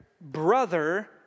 Brother